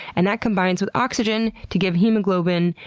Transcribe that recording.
and that combines with oxygen to give hemoglobin,